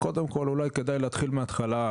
קודם כל אולי כדאי להתחיל מהתחלה,